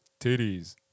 titties